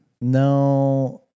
No